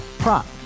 prop